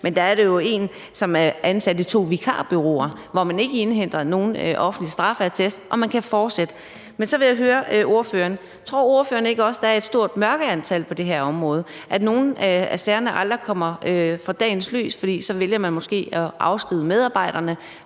men det drejede sig om en, som var ansat i to vikarbureauer, hvor man ikke indhenter nogen offentlig straffeattest, hvorfor man kan fortsætte. Men så vil jeg høre ordføreren om noget andet. Tror ordføreren ikke også, der er et stort mørketal på det her område, altså at nogle af sagerne aldrig kommer for dagens lys, fordi man så måske vælger at afskedige medarbejderen,